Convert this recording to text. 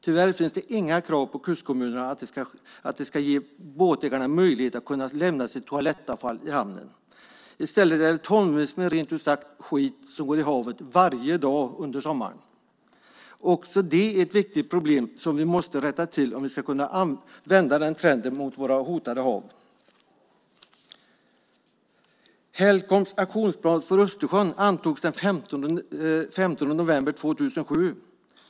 Tyvärr finns det inga krav på kustkommunerna att de ska ge båtägarna möjlighet att lämna sitt toalettavfall i hamnen. I stället är det tonvis med rent ut sagt skit som går ut i havet varje dag under sommaren. Också detta är ett viktigt problem som vi måste rätta till om vi ska kunna vända trenden för våra hotade hav. Helcoms aktionsplan för Östersjön antogs den 15 november 2007.